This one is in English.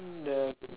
the